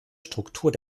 struktur